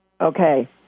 Okay